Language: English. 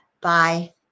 Bye